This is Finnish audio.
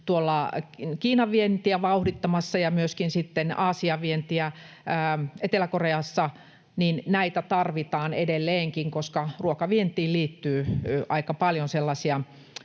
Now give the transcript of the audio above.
Kiinan-vientiä ja myöskin sitten Aasian-vientiä Etelä-Koreassa, tarvitaan edelleenkin, koska ruokavientiin liittyy aika paljon sellaisia